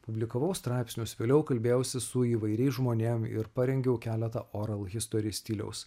publikavau straipsnius vėliau kalbėjausi su įvairiais žmonėm ir parengiau keletą oral histori stiliaus